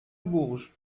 bourges